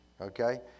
okay